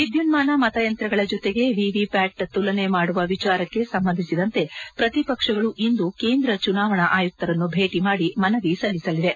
ವಿದ್ಯುನ್ಮಾನ ಮತಯಂತ್ರಗಳ ಜತೆಗೆ ವಿವಿಪ್ಯಾಟ್ ತುಲನೆ ಮಾಡುವ ವಿಚಾರಕ್ಕೆ ಸಂಬಂಧಿಸಿದಂತೆ ಪ್ರತಿಪಕ್ಷಗಳು ಇಂದು ಕೇಂದ್ರ ಚುನಾವಣೆ ಆಯುಕ್ತರನ್ನು ಭೇಟಿ ಮಾದಿ ಮನವಿ ಸಲ್ಲಿಸಲಿವೆ